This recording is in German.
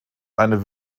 eine